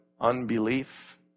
unbelief